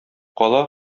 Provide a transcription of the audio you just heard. кала